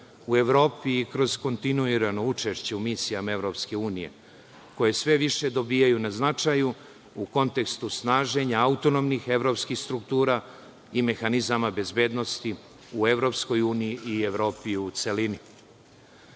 u Evropi i kroz kontinuirano učešće u misijama EU koje sve više dobijaju na značaju u kontekstu snaženja autonomnih evropskih struktura i mehanizama bezbednosti u EU i u Evropi u celini. Koliki